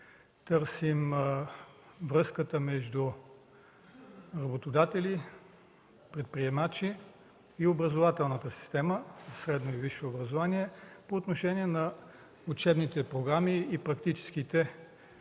търсим връзката между работодатели, предприемачи и образователната система – средно и висше образование, по отношение на учебните програми и практическите занимания